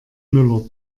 müller